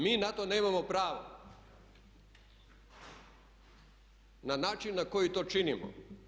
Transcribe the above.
Mi na to nemamo pravo na način na koji to činimo.